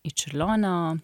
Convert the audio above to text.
į čiurlionio